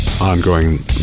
ongoing